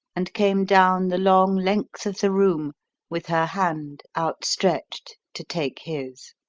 and came down the long length of the room with her hand outstretched to take his.